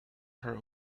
her